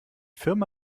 firma